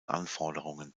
anforderungen